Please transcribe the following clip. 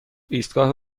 ایستگاه